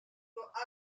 sont